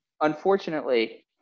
Unfortunately